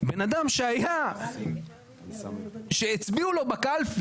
בן אדם שהצביעו לו בקלפי,